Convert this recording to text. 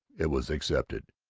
it was accepted.